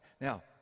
Now